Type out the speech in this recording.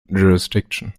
jurisdiction